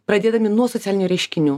pradėdami nuo socialinių reiškinių